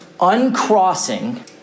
Uncrossing